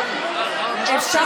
אפשר,